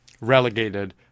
relegated